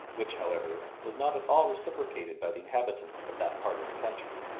which, however, was not at all reciprocated by the inhabitants of that part of the country.